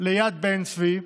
ליד בן-צבי,